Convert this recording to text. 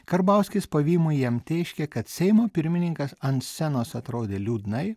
karbauskis pavymui jam tėškė kad seimo pirmininkas ant scenos atrodė liūdnai